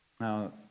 Now